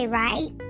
right